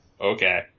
Okay